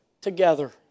together